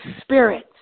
spirit